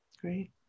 Great